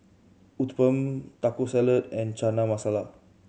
Uthapam Taco Salad and Chana Masala